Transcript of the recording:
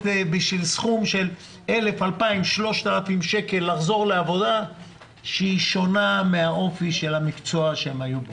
בסכום נמוך יותר ובעבודה שהיא שונה באופי שלה מהמקצוע שלהם.